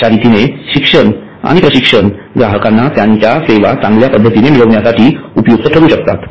अश्या रीतीने शिक्षण आणि प्रशिक्षण ग्राहकांना त्यांच्या सेवा चांगल्या पद्धतीने मिळविण्यासाठी उपयुक्त ठरू शकतात